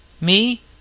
Me